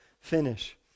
finish